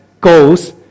goals